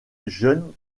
jeune